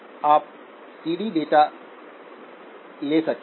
आप CD data ले सकते हैं